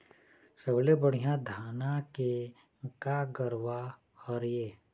सबले बढ़िया धाना के का गरवा हर ये?